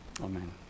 Amen